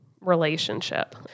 relationship